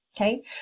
okay